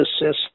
assist